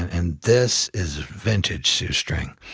and this is vintage shoestring.